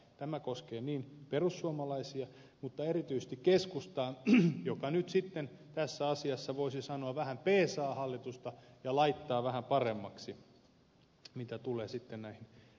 tämä koskee perussuomalaisia mutta erityisesti keskustaa joka nyt sitten tässä asiassa voisi sanoa vähän peesaa hallitusta ja laittaa vähän paremmaksi mitä tulee äitiyspäivärahoihin